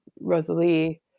Rosalie